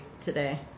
today